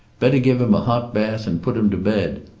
better give him a hot bath and put him to bed.